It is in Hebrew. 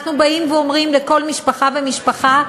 אנחנו באים ואומרים לכל משפחה ומשפחה: